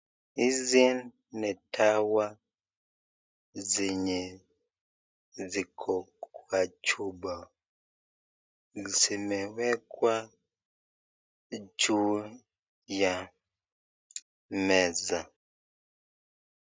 Hizi ni dawa zenye ziko kwa chupa. Zimewekwa juu ya meza.